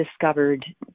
discovered